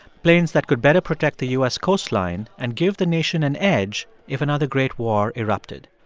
planes that could better protect the u s. coastline and give the nation an edge if another great war erupted.